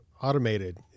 automated